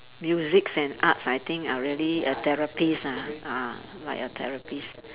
music and arts I think are really a therapist ah ah like a therapist